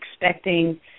expecting